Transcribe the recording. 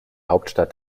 hauptstadt